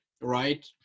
right